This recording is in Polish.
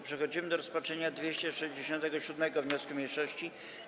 Przechodzimy do rozpatrzenia 267. wniosku mniejszości.